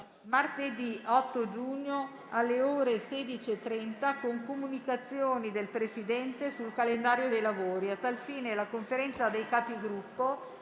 martedì 8 giugno alle ore 16,30 con comunicazioni del Presidente sul calendario dei lavori. A tal fine, la Conferenza dei Capigruppo